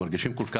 הם מרגישים טוב,